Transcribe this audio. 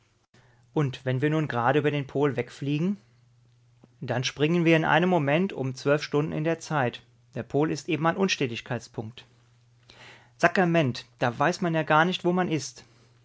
und wenn wir nun gerade über den pol wegfliegen dann springen wir in einem moment um zwölf stunden in der zeit der pol ist eben ein unstetigkeitspunkt sackerment da weiß man ja gar nicht wo man ist